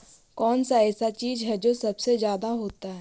कौन सा ऐसा चीज है जो सबसे ज्यादा होता है?